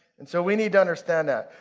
and so we need to understand that.